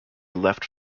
left